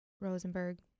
Rosenberg